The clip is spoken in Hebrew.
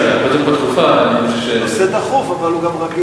זה נושא דחוף, אבל הוא גם רגיל.